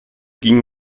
ging